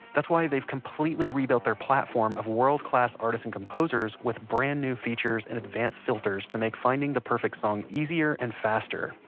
that's why they've completely rebuilt their platform of world-class artists and composers with brand-new features and advanced filters to make finding the perfect song easier and faster.